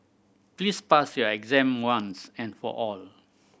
please pass your exam once and for all